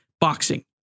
boxing